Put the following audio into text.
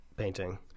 painting